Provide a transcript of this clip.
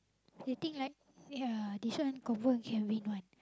they think like ya this one confirm can win one